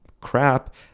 crap